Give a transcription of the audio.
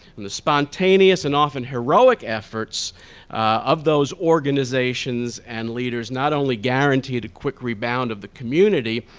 and the spontaneous and often heroic efforts of those organizations and leaders not only guaranteed a quick rebound of the community,